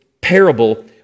parable